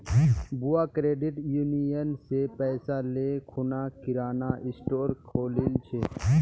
बुआ credit union स पैसा ले खूना किराना स्टोर खोलील छ